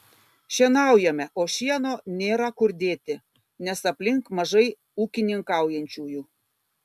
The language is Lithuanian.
šienaujame o šieno nėra kur dėti nes aplink mažai ūkininkaujančiųjų